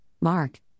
Mark